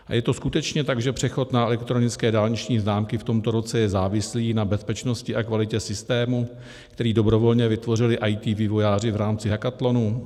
A je to skutečně tak, že přechod na elektronické dálniční známky v tomto roce je závislý na bezpečnosti a kvalitě systému, který dobrovolně vytvořili IT vývojáři v rámci hackathonu?